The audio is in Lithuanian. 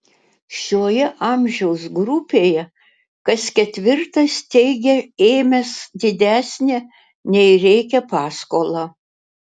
šioje amžiaus grupėje kas ketvirtas teigia ėmęs didesnę nei reikia paskolą